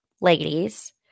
ladies